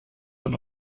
von